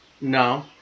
No